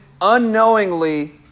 unknowingly